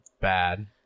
bad